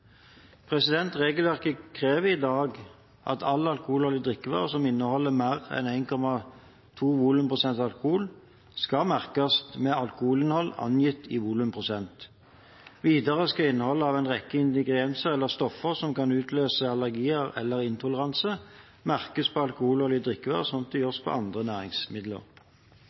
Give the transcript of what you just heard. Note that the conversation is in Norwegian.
drikkevarer. Regelverket krever i dag at all alkoholholdig drikkevare som inneholder mer enn 1,2 volumprosent alkohol, skal merkes med alkoholinnhold angitt i volumprosent. Videre skal innholdet av en rekke ingredienser eller stoffer som kan utløse allergier eller intoleranse, merkes på alkoholholdige drikkevarer, slik det